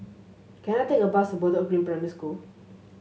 can I take a bus Bedok Green Primary School